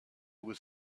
was